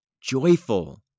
joyful